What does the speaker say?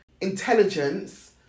intelligence